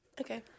okay